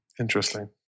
Interesting